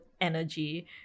energy